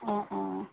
অঁ অঁ